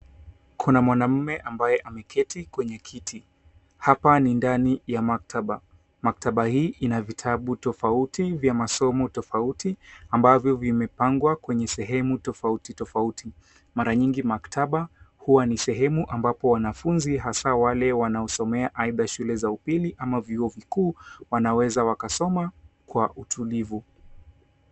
Kuna mwanaume ambaye ameketi kwenye kiti, hapa ni ndani ya maktaba. Maktaba hii ina vitabu tofautu vya masomo tofauti ambavyo vimepangwa kwenye sehemu tofauti tofauti. Mara nyingi maktaba huwa ni sehemu ambapo wanafunzi hasa wale wanaosomea aidha shule za upili ama vyuo vikuu wanaweza waka soma kwa utulivu.